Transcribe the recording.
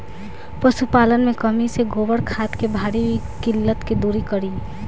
पशुपालन मे कमी से गोबर खाद के भारी किल्लत के दुरी करी?